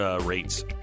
rates